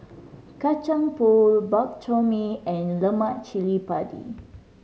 Kacang Pool Bak Chor Mee and lemak cili padi